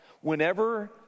Whenever